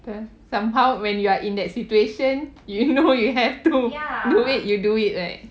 cause somehow when you're in that situation you know you have to do it you do it right